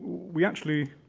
we actually